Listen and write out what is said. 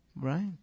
right